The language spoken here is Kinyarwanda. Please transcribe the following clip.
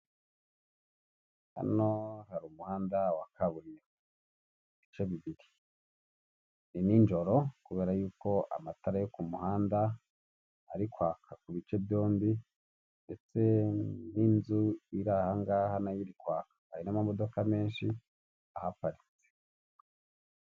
Hano hari umuhanda wa kaburimbo ibice bibiri; ni nijoro kubera yuko amatara yo ku muhanda ari kwaka ku bice byombi ndetse n'inzu iri ahangaha nayo iri kwaka hari n'amamodoka menshi ahaparitse.